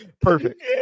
Perfect